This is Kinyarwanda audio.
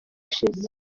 ishize